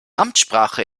amtssprache